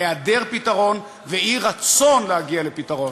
היעדר פתרון ואי-רצון להגיע לפתרון.